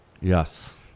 Yes